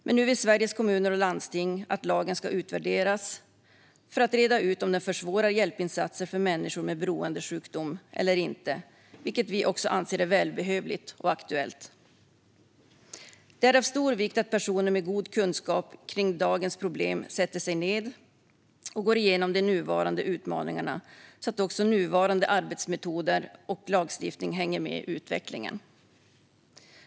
Men nu vill Sveriges Kommuner och Landsting att lagen ska utvärderas för att reda ut om den försvårar hjälpinsatser för människor med beroendesjukdom eller inte, vilket vi också anser är välbehövligt och aktuellt. Det är av stor vikt att personer med god kunskap om dagens problem sätter sig ned och går igenom de nuvarande utmaningarna så att också nuvarande arbetsmetoder och lagstiftning hänger med i utvecklingen.